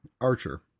Archer